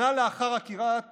שנה לאחר עקירת